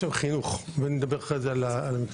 חינוך ואני אוסיף לדבר אחר כך על המקצועות,